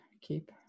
keep